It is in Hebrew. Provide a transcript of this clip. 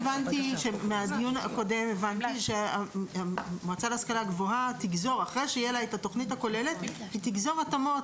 מהדיון הקודם הבנתי שאחרי שלמל"ג תהיה התכנית הכוללת היא תגזור התאמות.